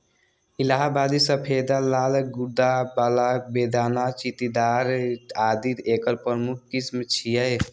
इलाहाबादी सफेदा, लाल गूद्दा बला, बेदाना, चित्तीदार आदि एकर प्रमुख किस्म छियै